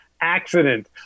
accident